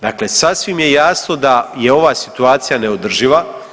Dakle, sasvim je jasno da je ova situacija neodrživa.